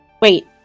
Wait